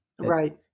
Right